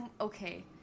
Okay